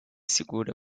segura